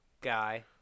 guy